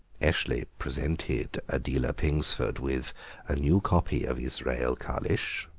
eshley presented adela pingsford with a new copy of israel kalisch,